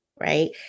Right